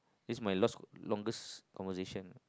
is my longest longest conversation